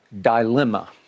dilemma